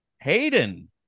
Hayden